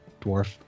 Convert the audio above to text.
dwarf